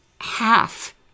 half